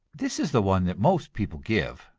this is the one that most people give.